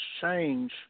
change